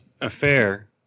affair